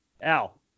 Al